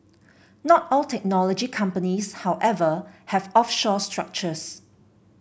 not all technology companies however have offshore structures